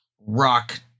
rock